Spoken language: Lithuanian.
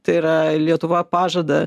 tai yra lietuva pažada